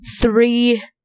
three